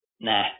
Nah